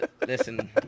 Listen